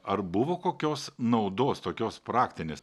ar buvo kokios naudos tokios praktinės